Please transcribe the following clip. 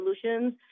solutions